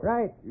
Right